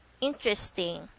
interesting